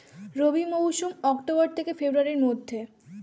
রবি মৌসুম অক্টোবর থেকে ফেব্রুয়ারির মধ্যে